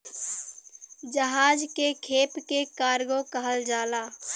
जहाज के खेप के कार्गो कहल जाला